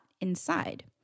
inside